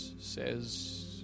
says